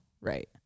right